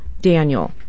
Daniel